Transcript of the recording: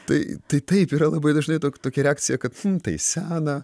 tai tai taip yra labai dažnai to tokia reakcija kad tai sena